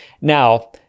Now